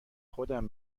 خودم